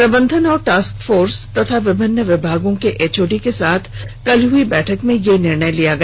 प्रबंधन और task force तथा विभिन्न विभागों के एचओडी के साथ कल हुई बैठक में यह निर्णय लिया गया